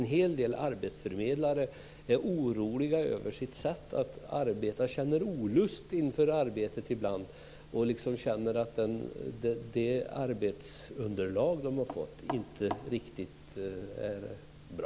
En hel del arbetsförmedlare är oroliga över sitt sätt att arbeta och känner olust inför arbetet. De känner att det arbetsunderlag de har fått inte är riktigt bra.